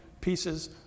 pieces